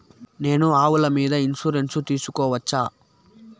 నేను ఆవుల మీద ఇన్సూరెన్సు సేసుకోవచ్చా?